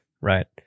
Right